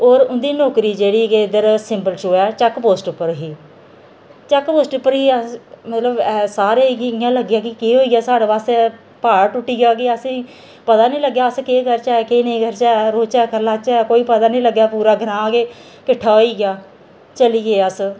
होर उं'दी नौकरी जेह्ड़ी के इद्धर सिंबल चोऐ चैक पोस्ट उप्पर ही चैक पोस्ट उप्पर ही अस मतलब सारे गी इ'यां लग्गेआ कि केह् होई गेआ साढ़े बास्तै प्हाड़ टुट्टी गेआ के असेंगी पता नेईं लग्गेआ अस केह् करचै केह् नेईं करचै रोचै करलाचै कोई पता नेईं लग्गेआ पूरा ग्रांऽ किट्ठा होई गेआ चली गे अस